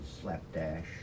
slapdash